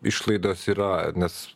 išlaidos yra nes